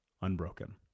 unbroken